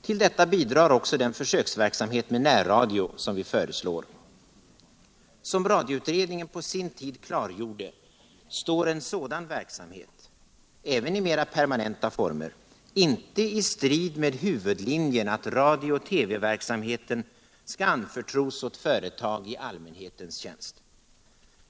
Till detta bidrar också den försöksverksamhet med närradio som vi föreslår. Som radioutredningen på sin tid klargjorde står en sådan verksamhet —också i mera permanenta former —- inte i strid med huvudlinjen att radiooch TV-verksamheten skall anförtros åt företag i allmänhetens tjänst.